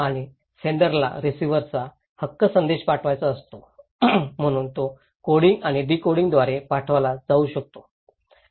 आणि सेण्डराला रिसीव्हरला हक्क संदेश पाठवायचा असतो म्हणून तो कोडिंग आणि डिकोडिंगद्वारे पाठविला जाऊ शकतो